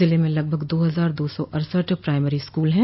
जिले में लगभग दो हजार दो सौ अड़सठ प्राइमरी स्कूल हैं